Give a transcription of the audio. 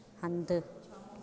हंधि